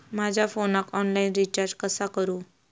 माझ्या फोनाक online recharge कसा करू?